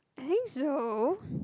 I think so